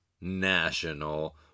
National